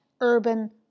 urban